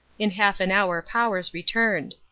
in half an hour powers returned.